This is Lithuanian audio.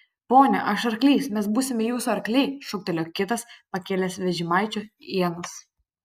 pone aš arklys mes būsime jūsų arkliai šūktelėjo kitas pakėlęs vežimaičio ienas